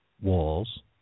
walls